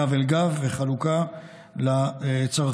גב אל גב, וחלוקה לצרכנים.